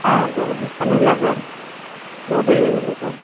ஆ பண்ணிடலாம் சார் door delivery உண்டு சார்